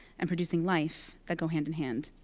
and producing life that go hand-in-hand.